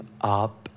up